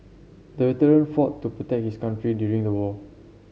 the veteran fought to protect his country during the war